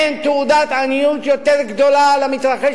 אין תעודת עניות יותר גדולה למתרחש